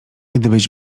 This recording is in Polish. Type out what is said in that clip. gdybyś